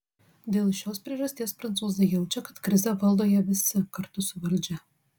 dėl šios priežasties prancūzai jaučia kad krizę valdo jie visi kartu su valdžia